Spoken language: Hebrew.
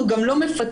אנחנו גם לא מפצים,